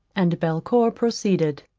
and belcour proceeded.